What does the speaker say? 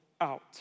out